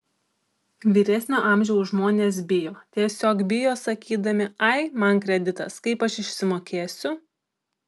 vyresnio amžiaus žmonės bijo tiesiog bijo sakydami ai man kreditas kaip aš išsimokėsiu